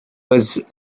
was